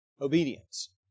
obedience